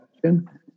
question